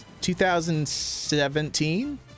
2017